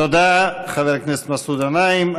תודה, חבר הכנסת מסעוד גנאים.